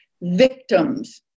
victims